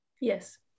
Yes